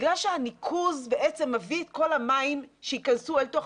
בגלל שהניקוז בעצם מביא את כל המים שייכנסו אל תוך